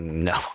No